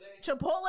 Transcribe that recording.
Chipotle